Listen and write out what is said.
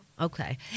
Okay